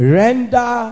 render